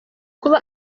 kuba